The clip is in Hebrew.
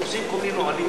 עושים כל מיני נהלים,